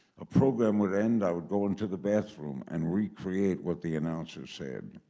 a program would end, i would go into the bathroom, and recreate what the announcer said.